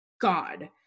God